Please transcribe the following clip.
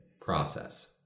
process